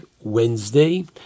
Wednesday